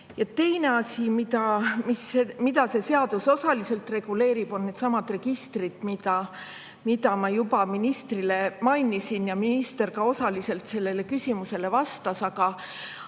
Teine asi, mida see seadus osaliselt reguleerib, on needsamad registrid, mida ma juba ministrile küsimust esitades mainisin, ja minister osaliselt sellele küsimusele ka vastas. Aga